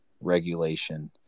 regulation